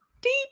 deep